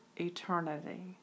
eternity